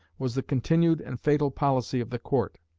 was the continued and fatal policy of the court.